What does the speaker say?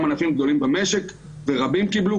גם ענפים גדולים במשק, ורבים קיבלו.